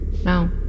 No